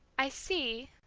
i see,